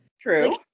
True